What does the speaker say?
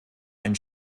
ein